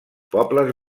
pobles